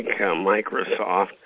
Microsoft